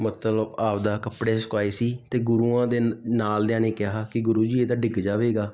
ਮਤਲਬ ਆਪਦਾ ਕੱਪੜੇ ਸੁਕਾਏ ਸੀ ਅਤੇ ਗੁਰੂਆਂ ਦੇ ਨਾਲ ਦਿਆਂ ਨੇ ਕਿਹਾ ਕਿ ਗੁਰੂ ਜੀ ਇਹ ਤਾਂ ਡਿੱਗ ਜਾਵੇਗਾ